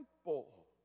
temple